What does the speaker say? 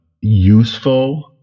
useful